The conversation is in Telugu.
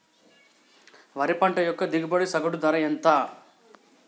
వరి పంట యొక్క దిగుబడి సగటు ధర ఎంత?